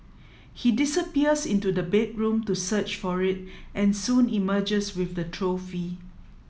he disappears into the bedroom to search for it and soon emerges with the trophy